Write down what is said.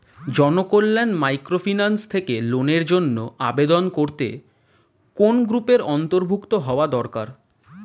Janakalyan microfinance থেকে লোনের জন্য আবেদন করতে কোন গ্রুপের অন্তর্ভুক্ত হওয়া দরকার?